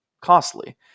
costly